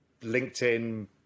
LinkedIn